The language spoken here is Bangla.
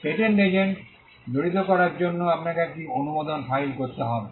পেটেন্ট এজেন্টকে জড়িত করার জন্য আপনাকে একটি অনুমোদন ফাইল করতে হবে